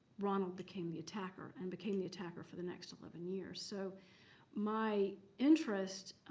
ronald became the attacker. and became the attacker for the next eleven years. so my interest